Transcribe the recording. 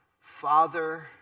Father